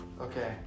Okay